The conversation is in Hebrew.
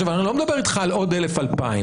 אני לא מדבר על עוד 1,000 או 2,000,